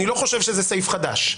אני לא חושב שזה סעיף חדש.